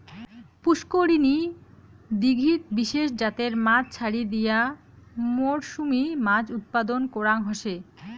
পুষ্করিনী, দীঘিত বিশেষ জাতের মাছ ছাড়ি দিয়া মরসুমী মাছ উৎপাদন করাং হসে